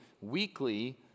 weekly